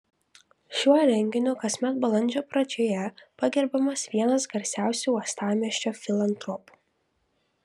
šiuo renginiu kasmet balandžio pradžioje pagerbiamas vienas garsiausių uostamiesčio filantropų